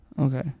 okay